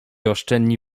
oszczędni